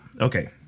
okay